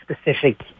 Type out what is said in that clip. specific